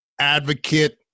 advocate